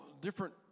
different